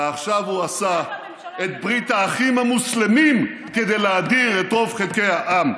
ועכשיו הוא עשה את ברית האחים המוסלמים כדי להדיר את רוב חלקי העם.